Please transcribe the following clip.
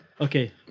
Okay